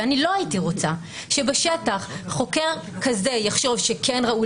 ולא הייתי רוצה שבשטח חוקר כזה יחשוב שכן ראוי